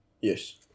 yes